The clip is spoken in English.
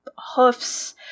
hoofs